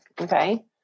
okay